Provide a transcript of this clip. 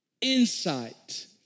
insight